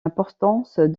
importance